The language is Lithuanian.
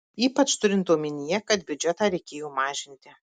ypač turint omenyje kad biudžetą reikėjo mažinti